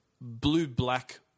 blue-black